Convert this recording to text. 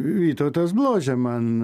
vytautas bložė man